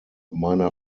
meiner